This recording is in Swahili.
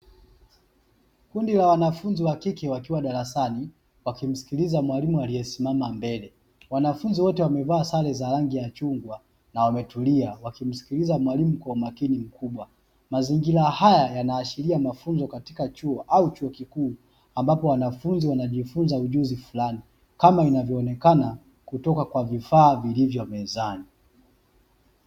Kundi la wanafunzi wa kike wakiwa darasani, wakimsikiliza mwalimu aliyesimama mbele, wanafunzi wote wamevaa sare za rangi ya chungwa na wametulia wakimsikiliza mwalimu kwa umakini mkubwa. Mazingira haya yanaashiria mafunzo katika chuo au chuo kikuu ambako wanafunzi wanajifunza ujuzi fulani kama inavyoonekana kutoka kwa vifaa vilivyo mezani.